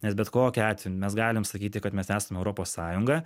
nes bet kokiu atveju mes galim sakyti kad mes esam europos sąjunga